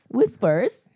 Whispers